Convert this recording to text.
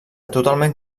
totalment